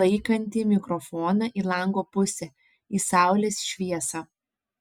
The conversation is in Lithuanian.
laikantį mikrofoną į lango pusę į saulės šviesą